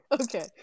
Okay